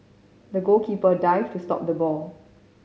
the goalkeeper dived to stop the ball